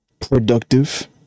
productive